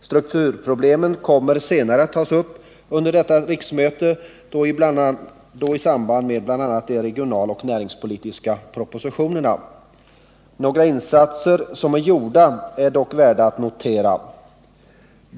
Strukturproblemen kommer att tas upp senare under detta riksmöte, bl.a. i samband med behandlingen av de regionaloch näringspolitiska propositionerna. Några insatser som är gjorda är dock värda att notera.